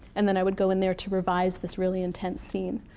and then i would go in there to revise this really intense scene.